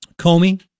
Comey